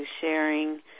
sharing